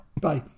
Bye